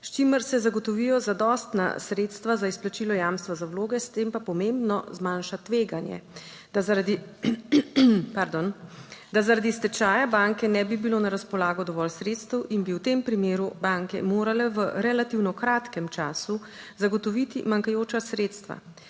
s čimer se zagotovijo zadostna sredstva za izplačilo jamstva za vloge, s tem pa pomembno zmanjša tveganje, da zaradi, pardon, da zaradi stečaja banke ne bi bilo na razpolago dovolj sredstev in bi v tem primeru banke morale v relativno kratkem času zagotoviti manjkajoča sredstva,